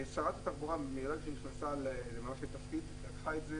שרת התחבורה, מרגע שהיא נכנסה לתפקיד, לקחה את זה